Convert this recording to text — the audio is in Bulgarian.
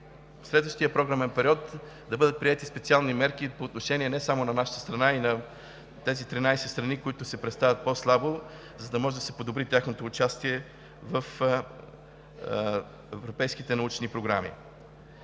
за следващия програмен период да бъдат приети специални мерки по отношение не само на нашата страна, а и на тези 13 страни, които се представят по-слабо, за да може да се подобри тяхното участие в европейските научни програми.